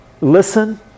Listen